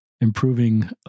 improving